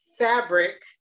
Fabric